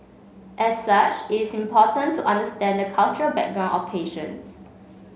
as such it's important to understand the cultural background of patients